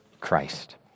Christ